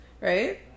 Right